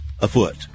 afoot